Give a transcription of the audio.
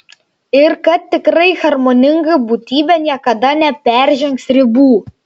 ir kad tikrai harmoninga būtybė niekada neperžengs ribų